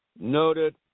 noted